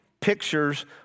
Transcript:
pictures